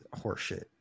horseshit